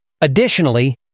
Additionally